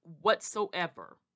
whatsoever